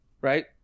right